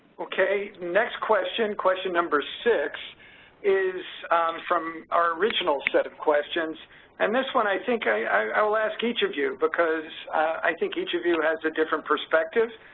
okay. next question, question number six is from our original set of questions and this one i think i'll ask each of you because i think each of you has a different perspective.